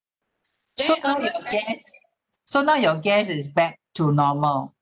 so now your gas so now your gas is back to normal